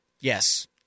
Yes